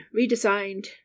redesigned